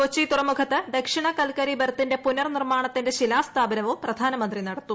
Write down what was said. കൊച്ചി തുറമുഖത്ത് ദക്ഷിണ കൽക്കരി ബെർത്തിന്റെ പുനർനിർമാണത്തിന്റെ ശിലാസ്ഥാപനവും പ്രധാനമന്ത്രി നടത്തും